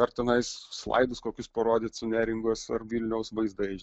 ar tenais slaidus kokius parodyt su neringos ar vilniaus vaizdais